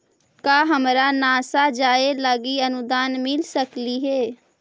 का हमरा नासा जाये लागी अनुदान मिल सकलई हे?